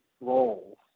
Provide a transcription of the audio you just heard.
roles